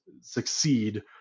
succeed